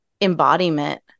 embodiment